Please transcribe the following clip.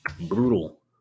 Brutal